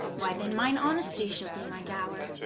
why then mine honestie shall be my dower,